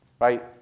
Right